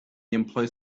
employed